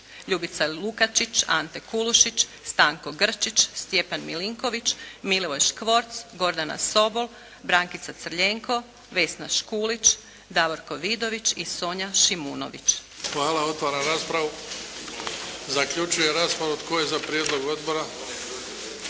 Ljubica Lukačić, Ante Kulušić, Stanko Grčić, Stjepan Milinković, Milivoj Škvorc, Gordana Sobol, Brankica Crljenko, Vesna Škulić, Davorko Vidović i Sonja Šimunović. **Bebić, Luka (HDZ)** Hvala. Otvaram raspravu. Zaključujem raspravu. Tko je za prijedlog odbora?